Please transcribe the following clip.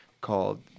called